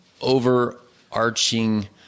overarching